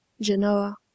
Genoa